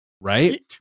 right